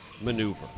maneuver